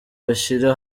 bishyira